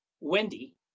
Wendy